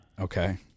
Okay